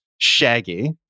Shaggy